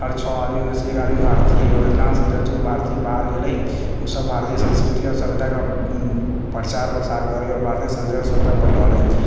हर छओ आदमीमेसँ एक आदमी भारतीय हइ आओर हर अधिकांशतः जे भारतीय बाहर गेलै ओसभ भारतीय सभ्यता आओर संस्कृतिके प्रचार प्रसार करै आओर भारतीय संस्कृति आओर सभ्यता बढ़ि रहल हइ